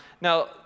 now